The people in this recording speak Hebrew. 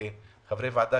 כחברי ועדה,